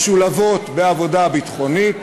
משולבות בעבודה ביטחונית,